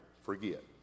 forget